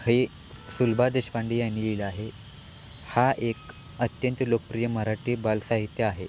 हे सुलभा देशपांडे यांनी लिहिलं आहे हा एक अत्यंत लोकप्रिय मराठी बालसाहित्य आहे